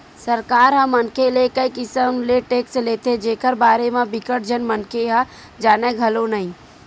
सरकार ह मनखे ले कई किसम ले टेक्स लेथे जेखर बारे म बिकट झन मनखे ह जानय घलो नइ